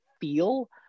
feel